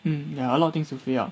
um ya a lot of things to fill up